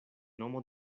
nomo